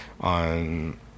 on